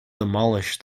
demolish